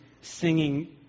singing